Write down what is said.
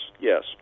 yes